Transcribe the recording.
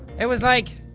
it was like,